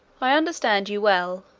i understand you well,